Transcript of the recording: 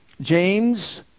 James